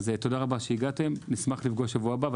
אז תודה רבה שהגעתם, נשמח לפגוש שבוע הבא.